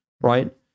right